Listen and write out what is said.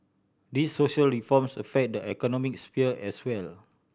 these social reforms affect the economic sphere as well